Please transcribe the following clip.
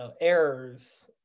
errors